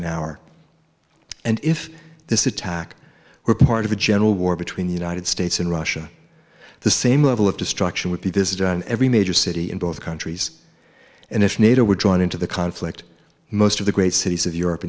an hour and if this attack were part of a general war between the united states and russia the same level of destruction would be visited on every major city in both countries and if nato were drawn into the conflict most of the great cities of europe